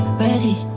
ready